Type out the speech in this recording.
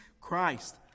Christ